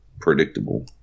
predictable